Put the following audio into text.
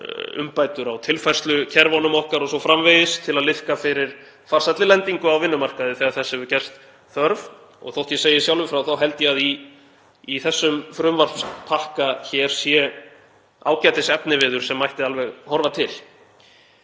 umbætur á tilfærslukerfunum okkar o.s.frv. til að liðka fyrir farsælli lendingu á vinnumarkaði þegar þess hefur gerst þörf. Og þótt ég segi sjálfur frá held ég að í þessum frumvarpspakka sé ágætis efniviður sem mætti alveg horfa til.